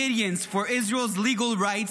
for Israel's Legal Rights,